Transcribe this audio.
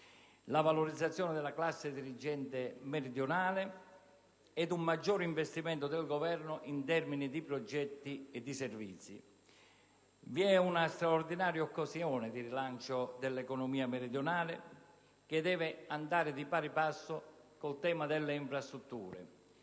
la valorizzazione della classe dirigente meridionale e un maggiore investimento del Governo in termini di progetti e di servizi. Vi è una straordinaria occasione di rilancio dell'economia meridionale che deve andare di pari passo con il tema delle infrastrutture.